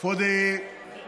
for the event